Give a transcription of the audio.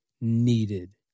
Needed